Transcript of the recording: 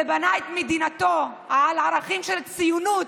ובנה את מדינתו על ערכים של ציונות,